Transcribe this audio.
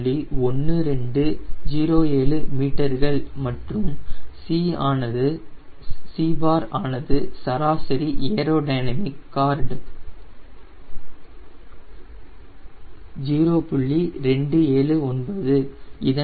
1207 மீட்டர்கள் மற்றும் c ஆனது சராசரி ஏரோடைனமிக் கார்டு 0